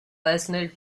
personal